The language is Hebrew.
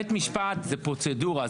בית משפט זה פרוצדורה,